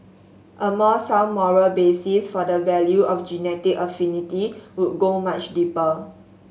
a more sound moral basis for the value of genetic affinity would go much deeper